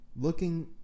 looking